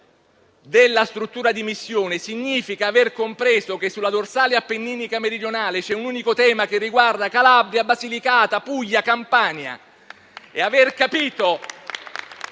oltre che di mezzi, significa aver compreso che sulla dorsale appenninica meridionale c'è un unico tema che riguarda Calabria, Basilicata, Puglia e Campania.